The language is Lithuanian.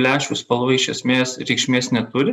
lęšių spalva iš esmės reikšmės neturi